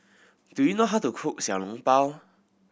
do you know how to cook Xiao Long Bao